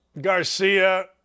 Garcia